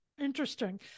interesting